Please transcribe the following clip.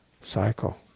cycle